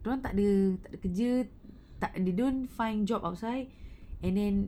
dia orang tak ada tak ada kerja tak they don't find job outside and then